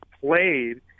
played